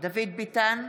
דוד ביטן,